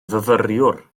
fyfyriwr